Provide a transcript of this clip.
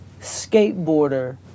skateboarder